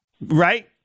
right